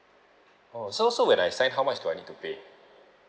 oh so so when I sign how much do I need to pay